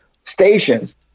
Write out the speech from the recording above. stations